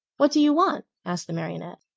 what do you want? asked the marionette.